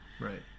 Right